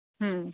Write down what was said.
হুম